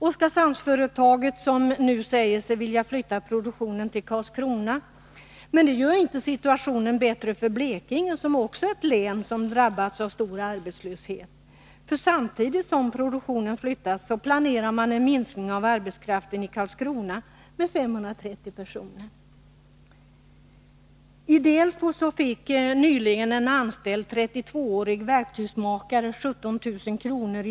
Oskarshamnsföretaget säger nu sig vilja flytta produktionen till Karlskrona, men det gör inte situationen bättre för Blekinge som också är ett län som drabbats av stor arbetslöshet. Samtidigt som produktionen flyttas så planerar man en minskning av arbetskraften i Karlskrona med 530 personer. I Delsbo fick en anställd 32-årig verktygsmakare nyligen 17 000 kr.